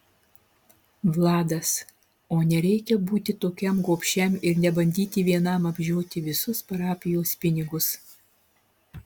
vladas o nereikia būti tokiam gobšiam ir nebandyti vienam apžioti visus parapijos pinigus